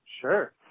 Sure